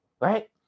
Right